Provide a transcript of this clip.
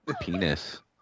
penis